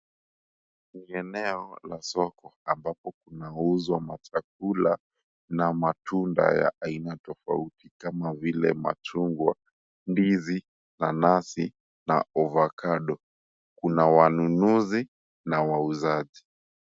Ni eneo la soko ambapo kunauzwa machakula na matunda ya aina tofauti kama vile; machungwa, ndizi, nanasi na ovacado . Kuna wanunuzi na wauzaji.